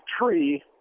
tree